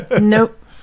nope